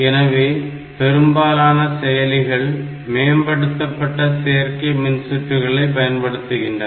எனவே பெரும்பாலான செயலிகள் மேம்படுத்தப்பட்ட சேர்க்கை மின்சுற்றுகளை பயன்படுத்துகின்றன